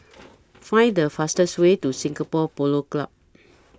Find The fastest Way to Singapore Polo Club